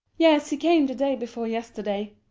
yes, he came the day before yesterday.